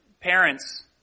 parents